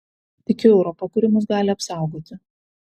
tikiu europa kuri mus gali apsaugoti